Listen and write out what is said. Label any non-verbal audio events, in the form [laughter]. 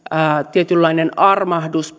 tietynlainen armahdus [unintelligible]